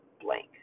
blank